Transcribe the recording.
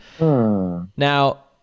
now